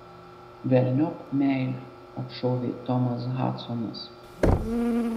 velniop meilę atšovė tomas hadsonas